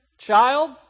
Child